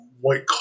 white